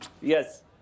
Yes